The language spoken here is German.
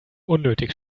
unnötig